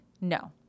No